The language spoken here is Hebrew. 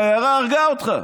השיירה הרגה אותך.